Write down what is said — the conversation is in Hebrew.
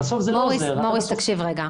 מוריס, תעצור שנייה.